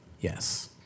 Yes